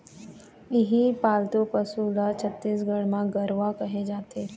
इहीं पालतू पशु ल छत्तीसगढ़ म गरूवा केहे जाथे